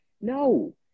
No